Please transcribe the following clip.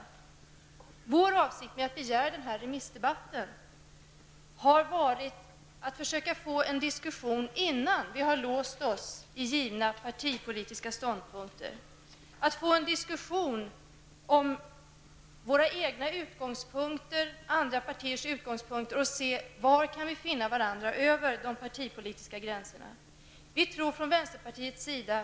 Vänsterpartiets avsikt med att begära denna remissdebatt har varit att försöka få till stånd en diskussion om våra egna utgångspunkter och andra partiers utgångspunkter för att se var vi kan finna varandra över de partipolitiska gränserna innan vi har låst oss i givna partipolitiska ståndpunkter.